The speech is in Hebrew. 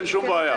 אין שום בעיה.